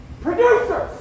Producers